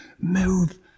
move